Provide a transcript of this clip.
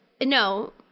no